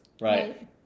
Right